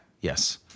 Yes